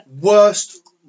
worst